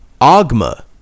Agma